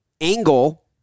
angle